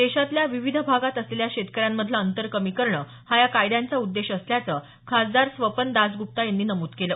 देशातल्या विविध भागात असलेल्या शेतकऱ्यामधलं अंतर कमी करणं हा या कायद्यांचा उद्देश असल्याचं खासदार स्वपन दासग्रप्ता यांनी नमूद केलं